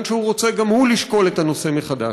שגם הוא רוצה לשקול את הנושא מחדש.